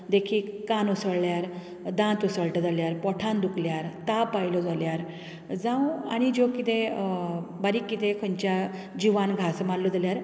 देखीक कान उसळ्यार दांत उसळटा जाल्यार पोटांत दुखल्यार ताप आयलो जाल्यार जावं आनी जो कितें बारीक कितें खंयच्याय जिवान घास मारलो जाल्यार